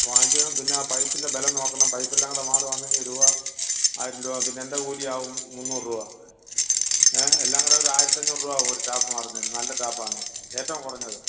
വാങ്ങിക്കണം പിന്നെ പൈപ്പിൻ്റെ ബലം നോക്കണം പൈപ്പ് എല്ലാം കൂടെ മാറി വാങ്ങണം എങ്കിൽ രൂപ ആയിരം രൂപാ പിന്നെ എൻ്റെ കൂലി ആവും മുന്നൂറ് രൂപാ ങ്ങേ എല്ലാം കൂടെ ഒരു ആയിരത്തിഅഞ്ഞൂറ് രൂപ ആവും ഒരു ടാപ്പ് മാറുന്നെന് നല്ല ടാപ്പ് ആണേൽ ഏറ്റവും കുറഞ്ഞത്